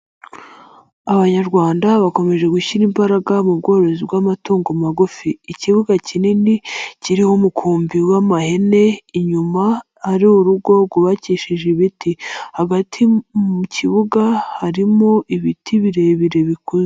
Abanyarwanda bakomeje gushyira imbaraga mu bworozi bw'amatungo magufi. Ikibuga kinini kiriho umukumbi w'amahene, inyuma hari urugo rwubakishije ibiti. Hagati mu kibuga harimo ibiti birebire bikuze.